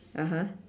(uh huh)